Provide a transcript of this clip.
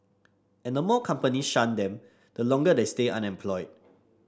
and the more companies shun them the longer they stay unemployed